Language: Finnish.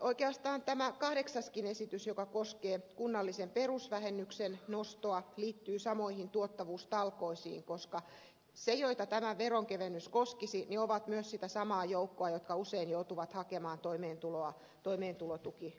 oikeastaan tämä kahdeksaskin esitys joka koskee kunnallisen perusvähennyksen nostoa liittyy samoihin tuottavuustalkoisiin koska ne joita tämä veronkevennys koskisi ovat myös sitä samaa joukkoa joka usein joutuu hakemaan toimeentuloa toimeentulotukiluukulta